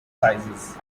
sizes